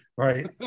Right